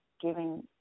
giving